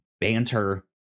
banter